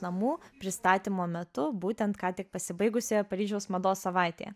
namų pristatymo metu būtent ką tik pasibaigusioje paryžiaus mados savaitėje